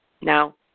Now